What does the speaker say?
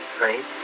right